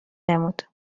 نمود